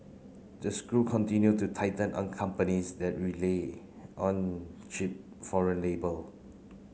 the screw continue to tighten on companies that relay on cheap foreign labour